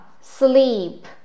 sleep